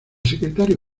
secretario